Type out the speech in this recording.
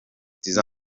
tizzo